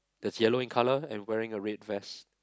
that's yellow in colour and wearing a red vest